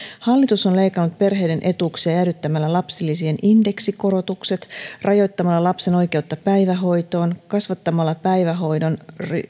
hallitus on leikannut perheiden etuuksia jäädyttämällä lapsilisien indeksikorotukset rajoittamalla lapsen oikeutta päivähoitoon kasvattamalla päivähoidon